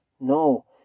No